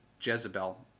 Jezebel